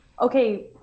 okay